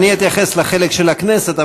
אני אתייחס לחלק של הכנסת,